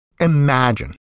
imagine